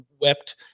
wept